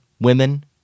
women